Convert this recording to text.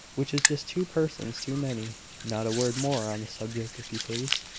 which is just two persons too many. not a word more on the subject, if you please.